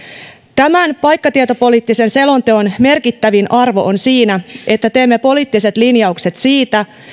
tämän paikkatietopoliittisen selonteon merkittävin arvo on siinä että teemme poliittiset linjaukset siitä